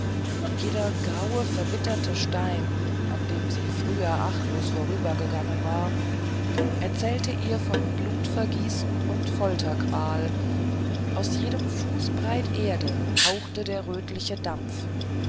jeder graue verwitterte stein an dem sie früher achtlos vorübergegangen war erzählte ihr von blutvergießen und folterqual aus jedem fußbreit erde hauchte der rötliche dampf